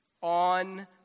on